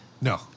No